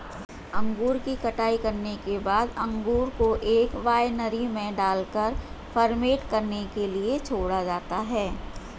अंगूर की कटाई करने के बाद अंगूर को एक वायनरी में डालकर फर्मेंट होने के लिए छोड़ा जाता है